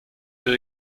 ihre